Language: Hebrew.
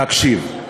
להקשיב.